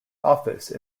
office